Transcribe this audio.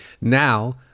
now